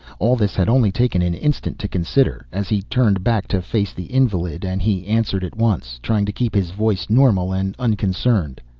all this had only taken an instant to consider, as he turned back to face the invalid, and he answered at once. trying to keep his voice normal and unconcerned.